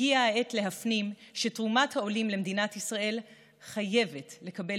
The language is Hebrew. הגיעה העת להפנים שתרומת העולים למדינת ישראל חייבת לקבל